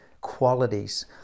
qualities